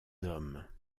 hommes